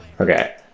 Okay